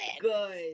Good